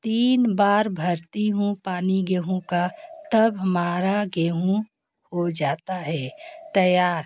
तीन बार भरती हूँ पानी गेहूँ का तब हमारा गेहूँ हो जाता है तैयार